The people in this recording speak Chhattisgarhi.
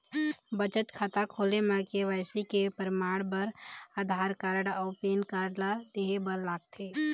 बचत खाता खोले म के.वाइ.सी के परमाण बर आधार कार्ड अउ पैन कार्ड ला देहे बर लागथे